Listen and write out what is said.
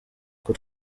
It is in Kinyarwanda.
uko